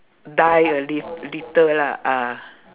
die a li~ little lah ah